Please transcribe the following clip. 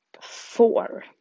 four